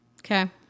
Okay